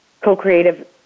co-creative